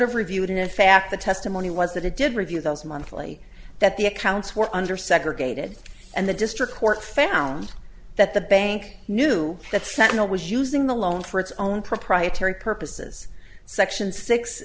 have reviewed and in fact the testimony was that it did review those monthly that the accounts were under segregated and the district court found that the bank knew that sentinel was using the loan for its own proprietary purposes section six